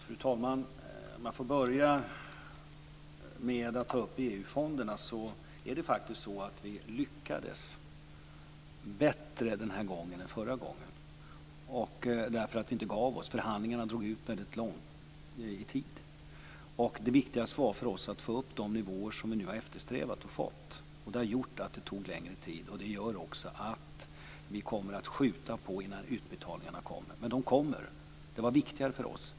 Fru talman! Låt mig börja med att ta upp EU fonderna. Där lyckades vi bättre den här gången än förra gången därför att vi inte gav oss. Förhandlingarna drog ut väldigt långt i tid. För oss var det viktigast att uppnå de nivåer som vi har eftersträvat och nu fått. Det har gjort att det tog längre tid. Det gör också att vi kommer att skjuta på utbetalningarna, men de kommer. Detta var viktigare för oss.